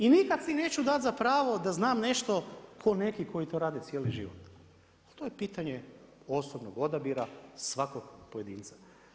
I nikada si neću dati za pravu da znam nešto tko neki koji to rade cijeli život, pa to je pitanje osobnog odabira svakog pojedinca.